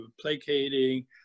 placating